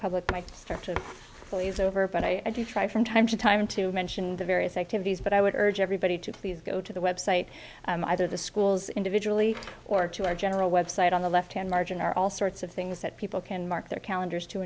public might start to please over but i do try from time to time to mention the various activities but i would urge everybody to please go to the website either the schools individually or to our general website on the left hand margin are all sorts of things that people can mark their calendars to